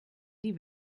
die